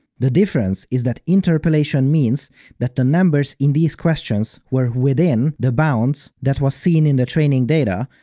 the difference is that interpolation means that the numbers in these questions were within the bounds that was seen in the training data,